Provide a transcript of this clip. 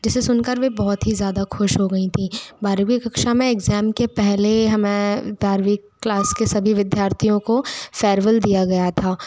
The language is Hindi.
जिसे सुन कर वे बहुत ही ज़्यादा खुश हो गई थी बारहवीं कक्षा में एग्जाम के पहले हमें बारहवीं क्लास के सभी विद्यार्थियों को फेयरवेल दिया गया था